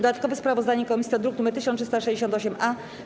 Dodatkowe sprawozdanie komisji to druk nr 1368-A.